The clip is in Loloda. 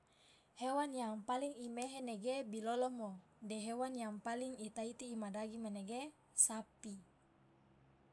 hewan yang paling imehe nege bilolongo de hewan yang paling itaiti imadagi nege sapi.